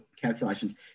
calculations